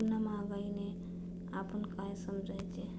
पुन्हा महागाईने आपण काय समजायचे?